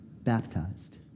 baptized